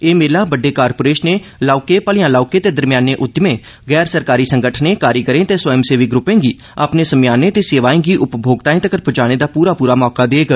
एह मेला बड्डे कारपोरेशनें लौहके मलेआं लौहके ते दरमयाने उद्यमें गैर सरकारी संगठनें कारीगरें ते स्वंय सेवी ग्रूपें गी अपने सम्याने ते सेवाएं गी उपमोक्ताएं तक्कर पुजाने दा पूरा पूरा मौका देग